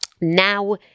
Now